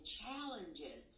challenges